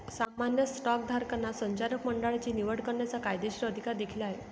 सामान्य स्टॉकधारकांना संचालक मंडळाची निवड करण्याचा कायदेशीर अधिकार देखील आहे